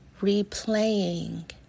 replaying